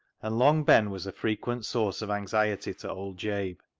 and long ben was a frequent source of anxiety to old jabe.